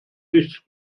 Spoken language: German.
nicht